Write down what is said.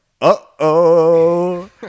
uh-oh